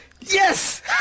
Yes